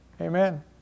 Amen